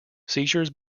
seizures